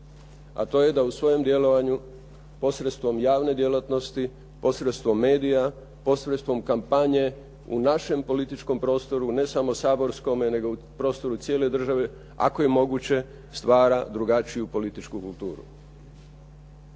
a to je da u svom djelovanju posredstvom javne djelatnosti, posredstvom medija, posredstvom kampanje u našem političkom prostoru, ne samo saborskome nego u prostoru cijele države ako je moguće stvara drugačiju političku kulturu.